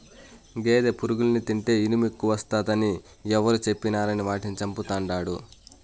గేదె పురుగుల్ని తింటే ఇనుమెక్కువస్తాది అని ఎవరు చెప్పినారని వాటిని చంపతండాడు